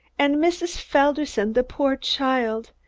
and mrs. felderson, the poor child,